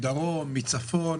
מדרום ומצפון,